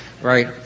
right